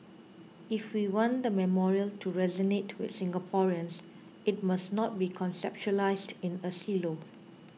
if we want the memorial to resonate with Singaporeans it must not be conceptualised in a silo